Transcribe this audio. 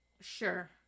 sure